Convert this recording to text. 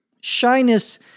Shyness